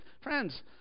Friends